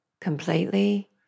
completely